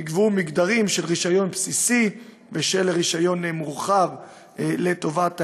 נקבעו מגדרים של רישיון בסיסי ושל רישיון מורחב לטובת העניין,